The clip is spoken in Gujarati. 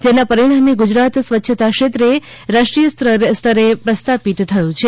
જેના પરિણામે ગુજરાત સ્વચ્છતા ક્ષેત્રે રાષ્ટ્રીય સ્તરે પ્રસ્થાપિત થયુ છે